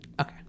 Okay